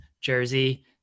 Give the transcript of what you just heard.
jersey